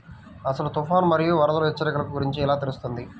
అసలు తుఫాను మరియు వరదల హెచ్చరికల గురించి ఎలా తెలుస్తుంది?